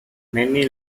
many